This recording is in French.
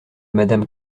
madame